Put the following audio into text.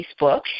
Facebook